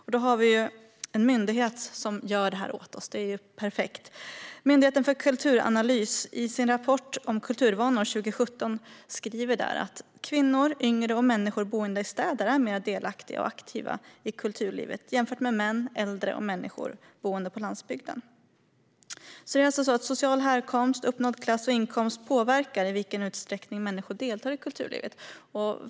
Vi har en myndighet som gör detta åt oss - det är perfekt. Myndigheten för kulturanalys skriver i sin rapport om kulturvanor från 2017 att kvinnor, yngre och människor boende i städer är mer delaktiga och aktiva i kulturlivet jämfört med män, äldre och människor boende på landsbygden. Social härkomst, uppnådd klass och inkomst påverkar i vilken utsträckning människor deltar i kulturlivet.